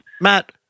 Matt